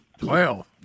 Twelve